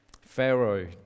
Pharaoh